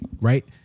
Right